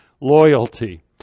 loyalty